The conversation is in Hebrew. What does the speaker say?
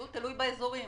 תלוי באזור.